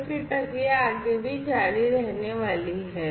और फिर प्रक्रिया आगे भी जारी रहने वाली है